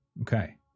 Okay